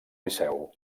liceu